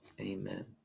Amen